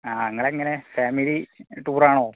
ആ ഞങ്ങൾ അങ്ങനെ ഫാമിലി ടൂറാണോ